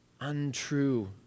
untrue